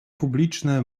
publiczne